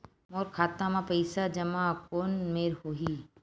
मोर खाता मा पईसा जमा कोन मेर होही?